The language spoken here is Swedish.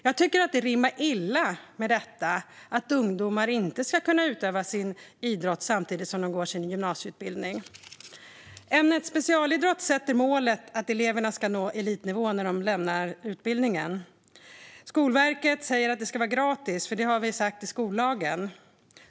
Jag tycker att detta rimmar illa med att ungdomar inte ska kunna utöva sin idrott samtidigt som de går sin gymnasieutbildning. Ämnet specialidrott sätter målet att eleverna ska ha nått elitnivå när de lämnar utbildningen. Skolverket säger att det ska vara gratis, för det har vi sagt i skollagen.